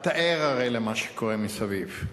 אתה ער הרי למה שקורה מסביב.